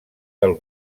del